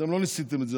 אתם לא ניסיתם את זה.